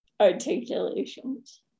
articulations